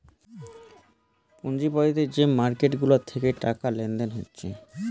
পুঁজিবাদী যে মার্কেট গুলা থিকে টাকা লেনদেন হচ্ছে